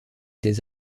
des